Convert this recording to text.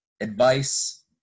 advice